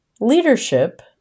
Leadership